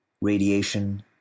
Radiation